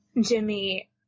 Jimmy